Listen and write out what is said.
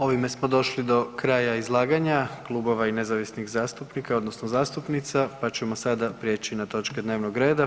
Ovime smo došli do kraja izlaganja klubova i nezavisnih zastupnika odnosno zastupnica, pa ćemo sada prijeći na točke dnevnog reda.